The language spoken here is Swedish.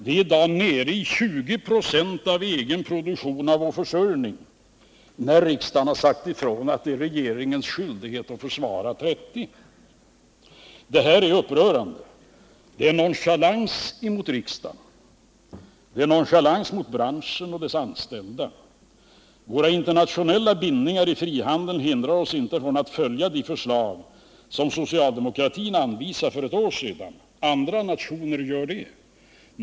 Vi är i dag nere i 20 20 av egen produktion för vår försörjning, när riksdagen har sagt ifrån att det är regeringens skyldighet att försvara 30 90. Detta är upprörande. Det är nonchalant mot riksdagen. Det är nonchalant mot branschen och dess anställda. Våra internationella bindningar i frihandeln hindrar oss inte från att följa de förslag som socialdemokratin anvisade för ett år sedan. Andra nationer gör det.